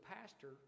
pastor